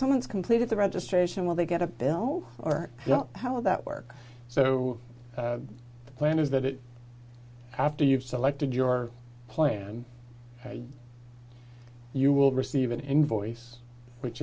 someone's completed the registration will they get a bill or you know how that works so the plan is that it after you've selected your plan you will receive an invoice which